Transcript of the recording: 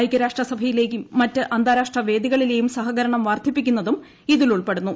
ഐക്യരാഷ്ട്രസഭയിലെയും മറ്റ് അന്താരാഷ്ട്ര വേദികളിലെയും സഹകരണം വർദ്ധിപ്പിക്കുന്നതും ഇതിലുൾപ്പെടുന്നു